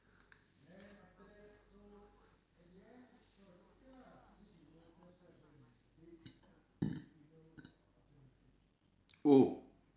!ooh!